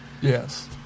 Yes